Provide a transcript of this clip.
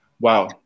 Wow